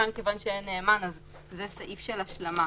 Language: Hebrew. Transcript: כאן מכיוון שאין נאמן אז זה סעיף של השלמה.